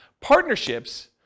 Partnerships